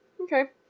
Okay